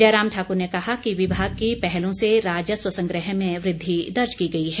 जयराम ठाकर ने कहा कि विभाग की पहलों से राजस्व संग्रह में वृद्धि दर्ज की गई है